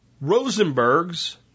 Rosenberg's